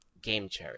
gamecherry